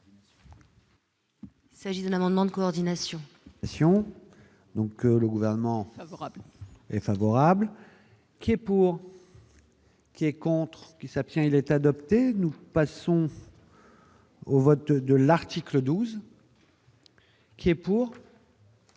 Il s'agit de l'amendement de coordination